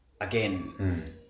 again